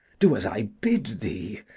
do as i bid thee,